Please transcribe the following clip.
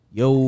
yo